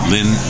Lynn